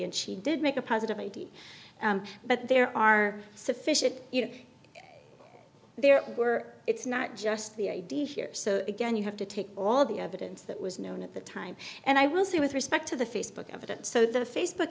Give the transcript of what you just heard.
and she did make a positive i d but there are sufficient you know there were it's not just the idea here so again you have to take all the evidence that was known at the time and i will say with respect to the facebook evidence so the face